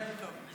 טוב.